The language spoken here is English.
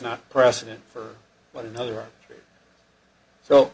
not precedent for one another so